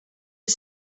are